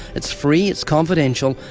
it's free, it's confidential,